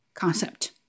concept